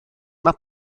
mae